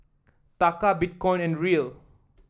Taka Bitcoin and Riel